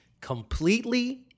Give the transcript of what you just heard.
Completely